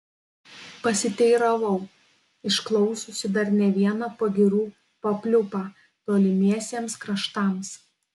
pasiteiravau išklausiusi dar ne vieną pagyrų papliūpą tolimiesiems kraštams